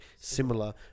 similar